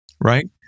right